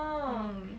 mm